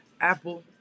Apple